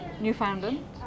Newfoundland